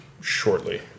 shortly